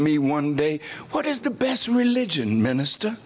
me one day what is the best religion minister